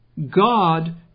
God